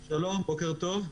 שלום, בוקר טוב,